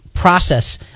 process